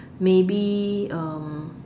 maybe um